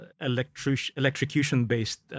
electrocution-based